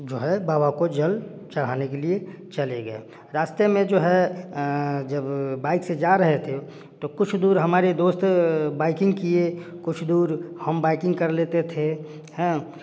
जो है बाबा को जल चढ़ाने के लिए चले गए रास्ते में जो है जब बाइक से जा रहे थे तो कुछ दूर हमारे दोस्त बाइकिंग किए कुछ दूर हम बाइकिंग कर लेते थे हैं